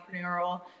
entrepreneurial